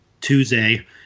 Tuesday